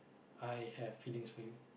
I have feelings for you